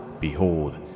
Behold